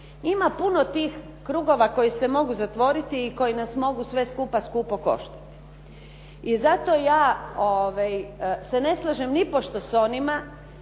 Ima puno tih krugova koji se mogu zatvoriti i koji nas mogu sve skupa skupo koštati. I zato ja se ne slažem nipošto s onima